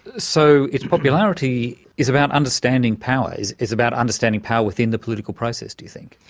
so its popularity is about understanding power, is is about understanding power within the political process, do you think?